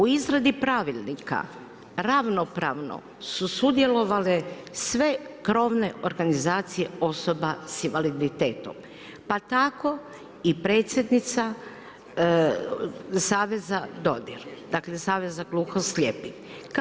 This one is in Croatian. U izradi pravilnika, ravnopravno su sudjelovale sve krovne organizacije osoba s invaliditetom, pa tako i predsjednica saveza, … dakle, saveza gluho slijepih.